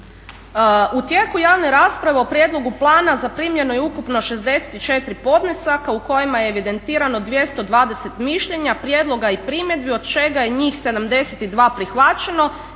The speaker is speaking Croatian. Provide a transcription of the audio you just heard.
u tijeku javne rasprave o prijedlogu plana zaprimljeno je ukupno 64 podnesaka u kojima je evidentirano 220 mišljenja, prijedloga i primjedbi od čega je njih 72 prihvaćeno,